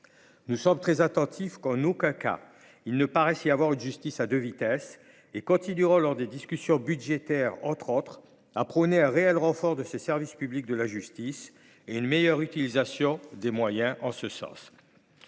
Nous sommes très attentifs à ce qu’en aucun cas il ne paraisse y avoir une justice à deux vitesses, et continuerons, notamment lors des discussions budgétaires, à prôner un réel renforcement du service public qu’est la justice et une meilleure utilisation des moyens en ce sens.